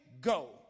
go